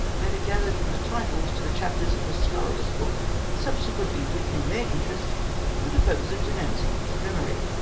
may be gathered from the titles to the chap ters of a scurrilous book subsequently written in their interest for the purpose of denouncing his memory.